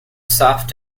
soft